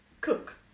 Cook